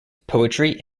poetry